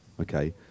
Okay